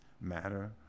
matter